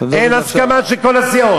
יש הסכמה, אין הסכמה של כל הסיעות.